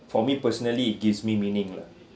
for me personally gives me meaning lah